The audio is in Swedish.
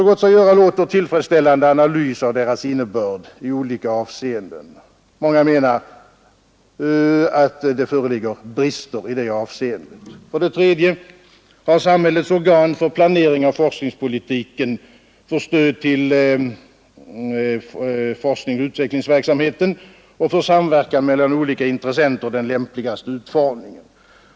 Nr 78-79 låter tillfredsställande analys av deras innebörd i olika avseenden. Många menar att det föreligger brister i det avseendet. 3. Har samhällets organ för planering av forskningspolitiken, för stöd till forskningsoch utvecklingsverksamheten och för samverkan mellan olika intressenter den lämpligaste utformningen?